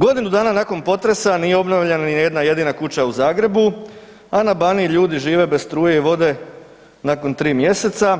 Godinu dana nakon potresa nije obnovljena ni jedna jedina kuća u Zagrebu, a na Baniji ljudi žive bez struje i vode nakon 3 mjeseca,